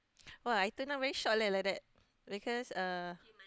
!wah! I tunang very short leh like that because uh